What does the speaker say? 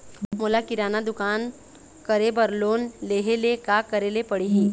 मोला किराना दुकान करे बर लोन लेहेले का करेले पड़ही?